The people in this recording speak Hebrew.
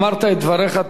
אמרת את דבריך,